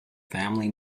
family